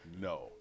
No